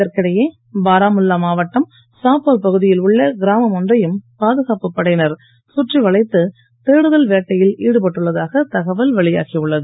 இதற்கிடையே பாராமுல்லா மாவட்டம் சாப்போர் பகுதியில் உள்ள கிராமம் ஒன்றையும் பாதுகாப்புப் படையினர் சுற்றி வளைத்து தேடுதல் வேட்டையில் ஈடுபட்டுள்ளதாக தகவல் வெளியாகி உள்ளது